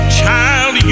child